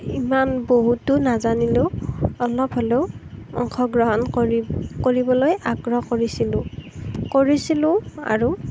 ইমান বহুতো নাজানিলেও অলপ হ'লেও অংশগ্ৰহণ কৰি কৰিবলৈ আগ্ৰহ কৰিছিলো কৰিছিলো আৰু